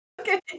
Okay